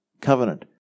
covenant